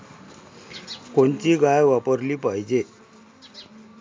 कोनची गाय वापराली पाहिजे?